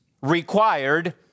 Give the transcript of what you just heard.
required